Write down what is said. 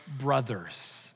brothers